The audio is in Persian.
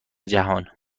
جهان